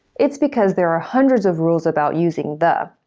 it's because there are hundreds of rules about using the.